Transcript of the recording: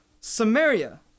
Samaria